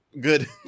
Good